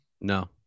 No